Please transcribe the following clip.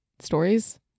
stories